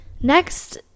Next